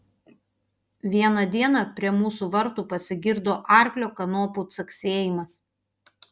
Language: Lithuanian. vieną dieną prie mūsų vartų pasigirdo arklio kanopų caksėjimas